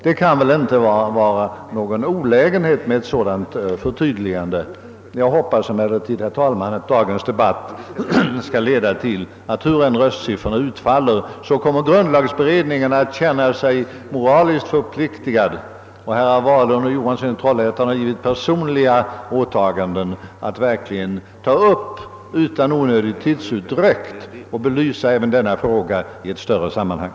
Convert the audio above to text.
Ett sådant förtydligande kan väl inte utgöra någon olägenhet. Jag hoppas emellertid, herr talman, att dagens debatt skall leda till att grundlagberedningen, hur röstsiffrorna än i dag utfaller, skall känna sig moraliskt förpliktad. Herr Wahlund och herr Johansson i Trollhättan har gjort personliga åtaganden att utan onödig tidsatdräkt verkligen ta upp och belysa även denna fråga i ett större sammanhang.